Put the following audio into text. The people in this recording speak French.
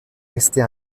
rester